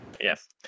Yes